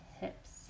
hips